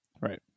Right